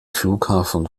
flughafen